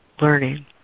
learning